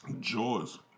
Jaws